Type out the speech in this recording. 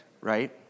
Right